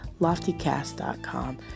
LoftyCast.com